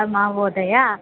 महोदया